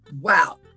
Wow